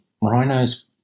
rhinos